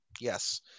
Yes